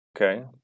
Okay